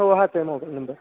हो हाच आहे मोबाईल नंबर